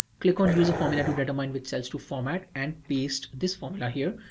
click on use the formula to determine which cells to format and paste this formula here.